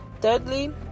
thirdly